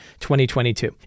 2022